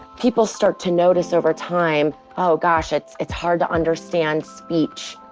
people start to notice over time, oh gosh, it's it's hard to understand speech.